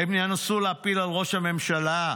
הם ינסו להפיל על ראש הממשלה.